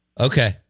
Okay